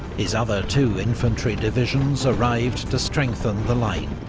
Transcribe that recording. his other two infantry divisions arrived to strengthen the line,